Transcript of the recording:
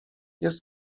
jest